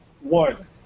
One